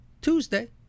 Tuesday